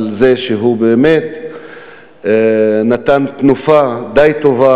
על זה שהוא באמת נתן תנופה די טובה